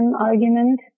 argument